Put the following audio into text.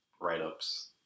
write-ups